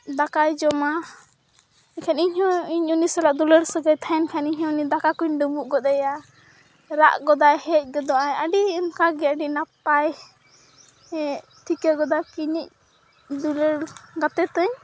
ᱫᱟᱠᱟᱭ ᱡᱚᱢᱟ ᱮᱱᱠᱷᱟᱱ ᱤᱧᱦᱚᱸ ᱩᱱᱤ ᱥᱟᱞᱟᱜ ᱫᱩᱞᱟᱹᱲ ᱥᱟᱹᱜᱟᱹᱭ ᱛᱟᱦᱮᱱ ᱠᱷᱟᱱ ᱤᱧ ᱦᱚᱸ ᱩᱱᱤ ᱫᱟᱠᱟ ᱠᱚᱸᱧ ᱰᱩᱸᱵᱩᱜ ᱜᱚᱫ ᱟᱭᱟ ᱨᱟᱜ ᱜᱚᱫᱟᱭ ᱦᱮᱡ ᱜᱚᱫᱚᱜ ᱟᱭ ᱟᱰᱤ ᱚᱱᱠᱟᱜᱮ ᱟᱹᱰᱤ ᱱᱟᱚᱯᱟᱭ ᱴᱷᱤᱠᱟᱹ ᱜᱚᱫᱟ ᱠᱤ ᱤᱧᱤᱧ ᱫᱩᱞᱟᱹᱲ ᱜᱟᱛᱮ ᱛᱟᱹᱧ